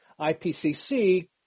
IPCC